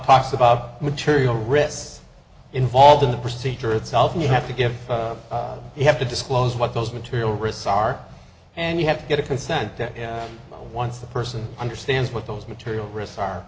talks about material risks involved in the procedure itself and you have to give you have to disclose what those material rezai are and you have to get a consent that once a person understands what those material risks are